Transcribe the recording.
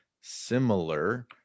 similar